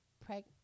pregnant